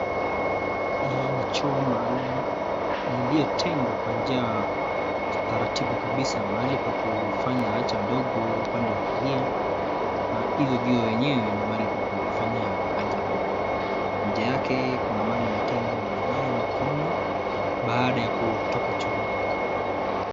Hii ni choo maalum lililotengwa kwa njia taratibu kabisa. Mahali pa kufanya haja ndogo upande wa kulia na hivyo vyoo vyenyewe ni mahali pa kufanyia haja kubwa. Nje yake kuna mahali imetengwa unanawa mkono baada ya kutoka chooni.